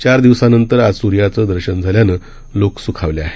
चार दिवसानंतर आज सूर्याचं दर्शन झाल्यानं लोक सुखावले आहेत